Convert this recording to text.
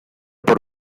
por